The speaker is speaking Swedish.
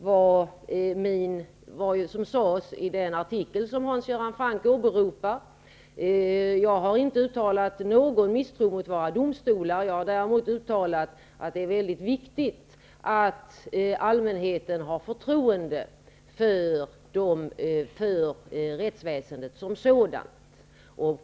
Sådana regler finns inte i detta förslag. I den artikel som Hans Göran Franck åberopade har jag inte citerats korrekt. Jag har inte uttalat någon misstro mot våra domstolar. Jag har däremot uttalat att det är väldigt viktigt att allmänheten har förtroende för rättsväsendet som sådant.